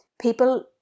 People